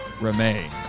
remain